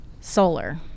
solar